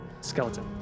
Skeleton